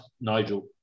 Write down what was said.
Nigel